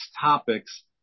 topics